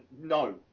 No